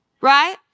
right